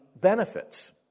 benefits